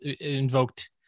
invoked